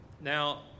Now